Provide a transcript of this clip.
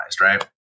right